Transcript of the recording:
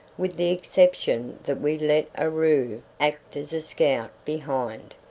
with the exception that we let aroo act as a scout behind,